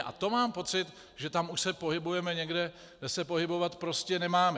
A mám pocit, že tam už se pohybujeme někde, kde se pohybovat prostě nemáme.